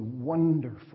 wonderful